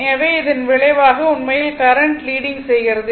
எனவே இதன் விளைவாக உண்மையில் கரண்ட் லீடிங் செய்கிறது